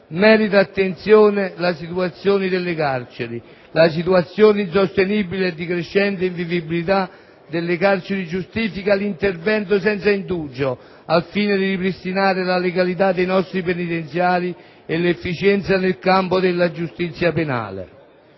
meriti attenzione la situazione delle carceri. La situazione insostenibile e di crescente invivibilità delle carceri giustifica l'intervento senza indugio, al fine di ripristinare la legalità nei nostri penitenziari e l'efficienza nel campo della giustizia penale.